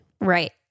Right